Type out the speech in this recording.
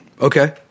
Okay